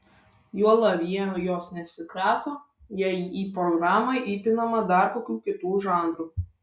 juolab jie jos nesikrato jei į programą įpinama dar kokių kitų žanrų